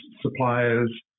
suppliers